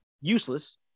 useless